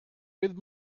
with